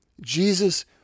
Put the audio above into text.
Jesus